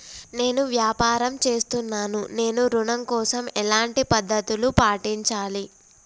నేను వ్యాపారం చేస్తున్నాను నేను ఋణం కోసం ఎలాంటి పద్దతులు పాటించాలి?